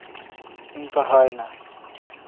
ᱤᱧ ᱯᱟᱲᱦᱟᱣ ᱮᱱᱟ